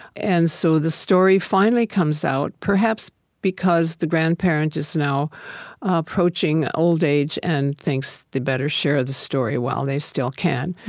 and so the story finally comes out, perhaps because the grandparent is now approaching old age and thinks they better share the story while they still can.